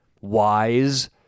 wise